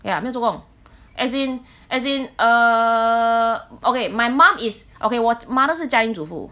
ya 没有做工 as in as in err okay my mum is okay 我 mother 是家庭主妇